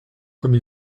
comme